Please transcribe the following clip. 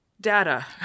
data